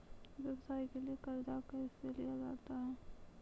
व्यवसाय के लिए कर्जा कैसे लिया जाता हैं?